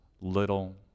little